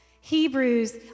Hebrews